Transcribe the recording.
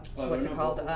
what's it called?